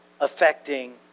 affecting